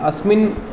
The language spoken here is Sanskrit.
अस्मिन्